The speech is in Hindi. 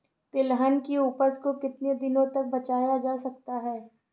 तिलहन की उपज को कितनी दिनों तक बचाया जा सकता है?